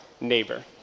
Neighbor